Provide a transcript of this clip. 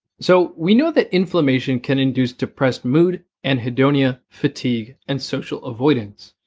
so we know that inflammation can induce depressed mood, anhedonia, fatigue, and social avoidance.